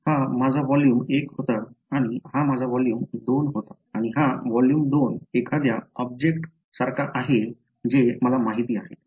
हा माझा व्हॉल्यूम 1 होता हा माझा व्हॉल्यूम 2 होता आणि हा व्हॉल्यूम 2 एखादा ऑब्जेक्ट आहे जे मला माहित आहेत